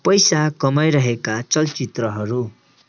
पैसा कमाइरहेका चलचित्रहरू